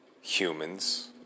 humans